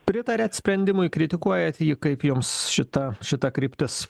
pritariat sprendimui kritikuojat jį kaip jums šita šita kryptis